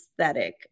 aesthetic